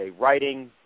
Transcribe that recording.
writing